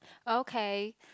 okay